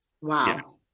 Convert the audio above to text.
wow